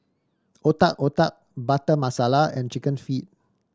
Otak Otak Butter Masala and Chicken Feet